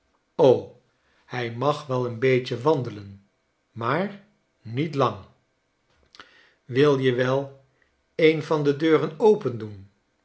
hij mag wel een beetje wandelen maar niet lang b wii je wel een van de deuren opendoen